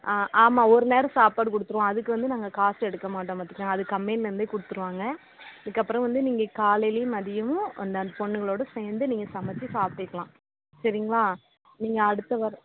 ஆ ஆமாம் ஒரு நேரம் சாப்பாடு கொடுத்துருவோம் அதுக்கு வந்து நாங்கள் காசு எடுக்க மாட்டோம் பார்த்துக்கங்க அது கம்பெனியிலேருந்தே கொடுத்துருவாங்க அதுக்கப்புறம் வந்து நீங்கள் காலையிலையும் மதியமும் அந்த அந்த பொண்ணுங்களோடு சேர்ந்து நீங்கள் சமைத்து சாப்பிட்டுக்கலாம் சரிங்களா நீங்கள் அடுத்த வாரம்